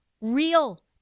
real